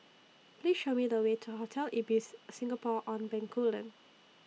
Please Show Me The Way to Hotel Ibis Singapore on Bencoolen